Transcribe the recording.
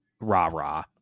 rah-rah